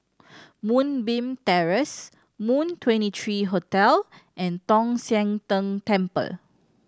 Moonbeam Terrace Moon Twenty three Hotel and Tong Sian Tng Temple